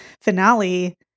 finale